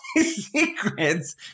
secrets